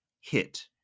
hit